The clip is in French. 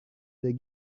des